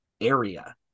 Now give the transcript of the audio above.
area